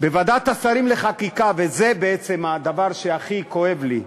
בוועדת השרים לחקיקה, וזה בעצם הדבר שהכי כואב לי,